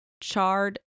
charred